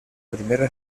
primera